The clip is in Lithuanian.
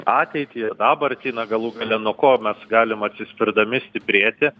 ateitį dabartį na galų gale nuo ko mes galim atsispirdami stiprėti